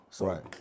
Right